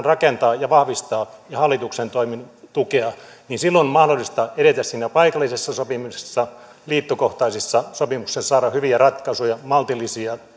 rakentaa ja vahvistaa ja hallituksen toimin tukea niin silloin on mahdollista edetä siinä paikallisessa sopimisessa liittokohtaisissa sopimuksissa saada hyviä ratkaisuja maltillisia